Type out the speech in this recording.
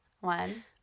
one